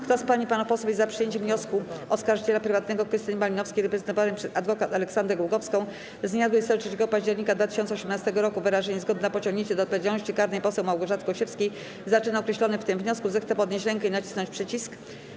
Kto z pań i panów posłów jest za przyjęciem wniosku oskarżyciela prywatnego Krystyny Malinowskiej reprezentowanej przez adwokat Aleksandrę Głogowską z dnia 23 października 2018 r. o wyrażenie zgody przez Sejm na pociągnięcie do odpowiedzialności karnej poseł Małgorzaty Gosiewskiej za czyn określony w tym wniosku, zechce podnieść rękę i nacisnąć przycisk.